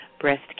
Breast